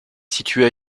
situé